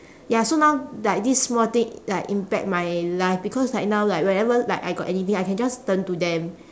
ya so now like this small thing like impact my life because like now like whenever like I got anything I can just turn to them